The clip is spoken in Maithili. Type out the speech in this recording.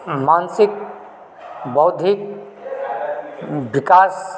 मानसिक बौद्धिक विकास